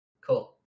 Cool